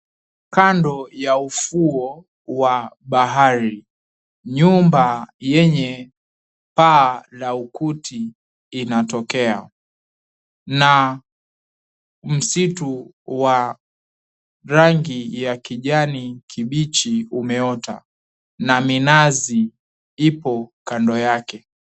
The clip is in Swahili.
Kando ya ufuo wa bahari. Nyumba yenye paa la ukuti inatokea, na msitu wa rangi ya kijani kibichi umeota, na minazi ipo kando yake.